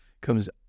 comes